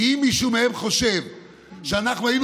כי אם מישהו מהם חושב שאנחנו היינו